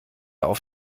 auf